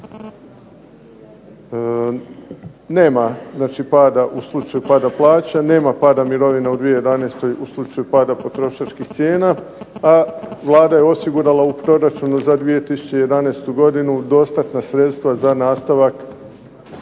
znači pada u slučaju pada plaća, nema pada mirovina u 2011. u slučaju pada potrošačkih cijena, a Vlada je osigurala u proračunu za 2011. godinu dostatna sredstva za nastavak